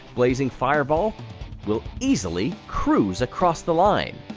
blazing fireball will easily cruise across the line.